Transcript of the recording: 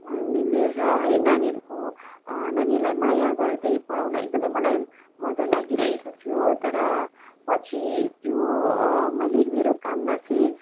घुलमिलेर है नानीहरूको नानीहरूलाई माया गर्दै पढाउन एकदमै मलाई मजा लागिरहेको थियो तर पछि त्यो मैले मेरो काममा चाहिँ